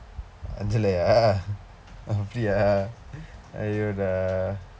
அதுலையா அப்படியா:athulaiyaa appadiyaa !aiyo! dah